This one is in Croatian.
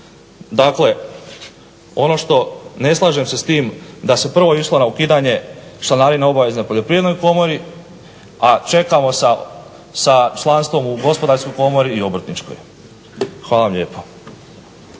Dakle, ono što ne slažem se s tim da su prvo išla na ukidanje članarine obavezne Poljoprivrednoj komori, a čekamo sa članstvom u Gospodarskoj komori i Obrtničkoj. Hvala vam lijepo.